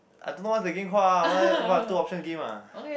I don't know what the game call ah what what two option game ah